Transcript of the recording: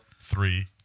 Three